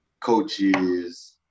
coaches